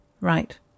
right